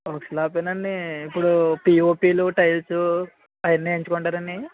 ఒక స్లాబే అండి ఇప్పుడు పీఓపీలు టైల్స్ అవన్నీ వేయించుకుంటారండి